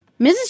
Mrs